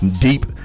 deep